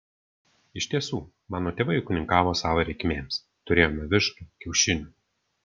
iš tiesų mano tėvai ūkininkavo savo reikmėms turėjome vištų kiaušinių